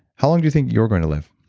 how long do you think you're going to live?